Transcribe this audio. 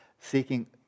seeking